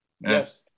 Yes